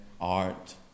art